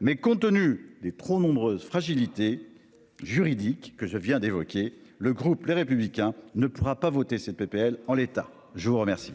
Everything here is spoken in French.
Mais compte tenu des trop nombreuses fragilités juridiques que je viens d'évoquer le groupe Les Républicains ne pourra pas voter cette PPL en l'état, je vous remercie.